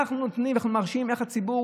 איך אנחנו נותנים ומרשים ואיך הציבור